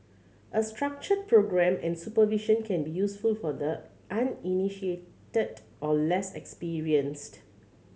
a structured programme and supervision can be useful for the uninitiated or less experienced